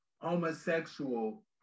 homosexual